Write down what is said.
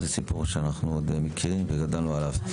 זה סיפור שאנחנו מכירים וגדלנו עליו.